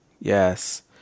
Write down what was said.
Yes